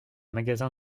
magasin